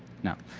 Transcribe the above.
no.